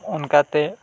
ᱚᱱᱠᱟᱛᱮ